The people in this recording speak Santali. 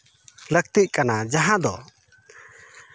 ᱞᱟᱹᱠᱛᱤᱜ ᱠᱟᱱᱟ ᱡᱟᱦᱟᱸ ᱫᱚ